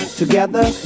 together